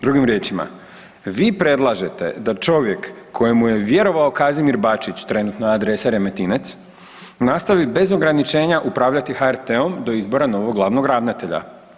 Drugim riječima vi predlažete da čovjek kojemu je vjerovao Kazimir Bačić, trenutno je adresa Remetinec, nastavi bez ograničenja upravljati HRT-om do izbora novog glavnog ravnatelja.